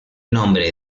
nombre